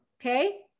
Okay